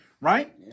Right